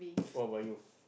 what about you